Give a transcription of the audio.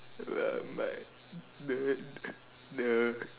the the